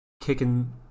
kicking